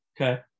Okay